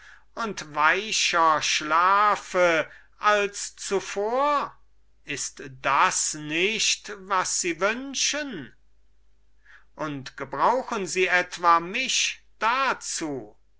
und weicher schlafe als sie zuvor taten oder als andere ihrer gattung tun ist das nicht alles was sie wünschen und gebrauchen sie mich dazu